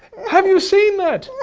have you seen that?